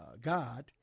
God